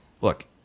Look